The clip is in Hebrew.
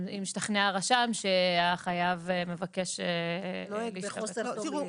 השתכנע הרשם שהחייב מבקש --- נוהג בחוסר תום לב.